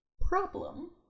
problem